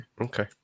Okay